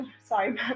Sorry